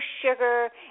sugar